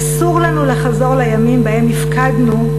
אסור לנו לחזור לימים שבהם הפקדנו,